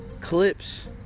clips